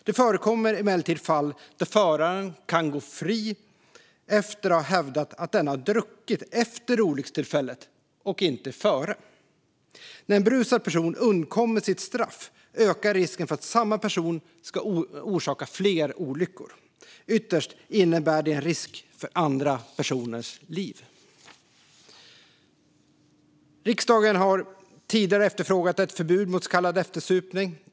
Det förekommer emellertid fall där föraren kan gå fri efter att ha hävdat att denne har druckit efter olyckstillfället, inte före. När en berusad person undkommer sitt straff ökar risken för att samma person ska orsaka fler olyckor. Ytterst innebär det en risk för andra personers liv. Riksdagen har tidigare efterfrågat ett förbud mot så kallad eftersupning.